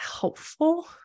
helpful